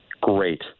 great